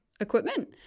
equipment